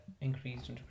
increased